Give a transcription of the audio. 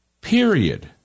Period